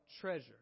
treasure